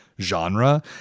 genre